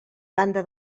banda